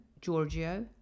Giorgio